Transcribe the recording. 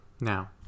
Now